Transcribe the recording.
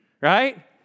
right